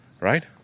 Right